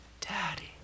Daddy